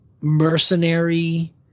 mercenary